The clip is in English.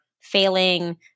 failing